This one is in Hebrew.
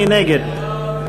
מי נגד?